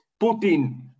Putin